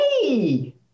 Hey